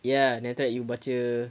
ya then after that you baca